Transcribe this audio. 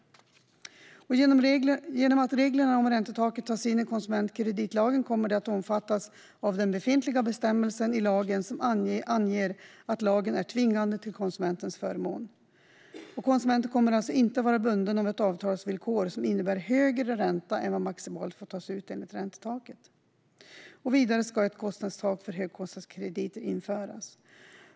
Genom att reglerna om räntetak tas in i konsumentkreditlagen kommer de att omfattas av den befintliga bestämmelse i lagen som anger att lagen är tvingande till konsumentens förmån. Konsumenten kommer alltså inte att vara bunden av ett avtalsvillkor som innebär en högre ränta än vad som maximalt får tas ut enligt räntetaket. Ett kostnadstak för högkostnadskrediter ska införas.